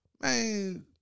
man